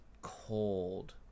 cold